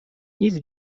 nic